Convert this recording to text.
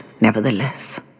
nevertheless